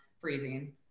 freezing